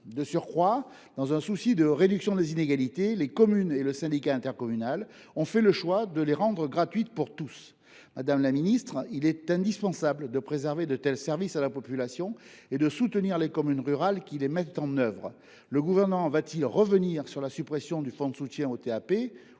De surcroît, dans un souci de réduction des inégalités, les communes et le syndicat intercommunal ont fait le choix de les rendre gratuites pour tous. Madame la ministre, il est indispensable de préserver de tels services à la population et de soutenir les communes rurales qui les mettent en œuvre. Le Gouvernement va t il revenir sur la suppression du fonds de soutien aux TAP